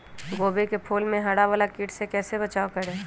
गोभी के फूल मे हरा वाला कीट से कैसे बचाब करें?